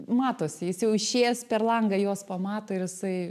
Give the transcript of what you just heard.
matosi jis jau išėjęs per langą juos pamato ir jisai